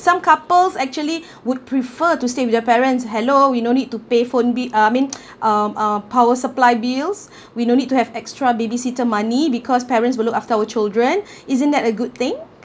some couples actually would prefer to stay with their parents hello you no need to pay phone bill I mean um um power supply bills we no need to have extra babysitter money because parents will look after our children isn't that a good thing